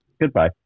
Goodbye